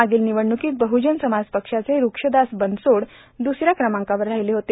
मागील निवडणुकीत बह्वजन समाज पक्षाचे रूक्षदास बनसोड दुसऱ्या क्रमांकावर राहिले होते